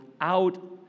out